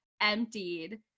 emptied